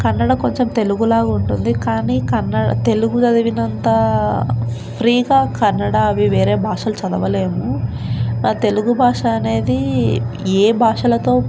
కన్నడ కొంచెం తెలుగులాగా ఉంటుంది కానీ కన్నడ తెలుగు చదివినంత ఫ్రీగా కన్నడ అవి వేరే భాషలు చదవలేము మా తెలుగు భాష అనేది ఏ భాషలతో